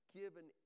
given